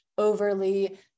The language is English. Overly